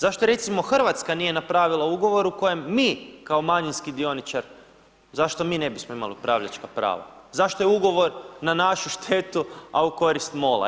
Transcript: Zašto recimo Hrvatska nije napravila ugovor u kojem mi kao manjinski dioničar, zašto mi ne bismo imali upravljačka prava, zašto je ugovor na našu štetu, a u korist MOL-a?